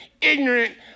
ignorant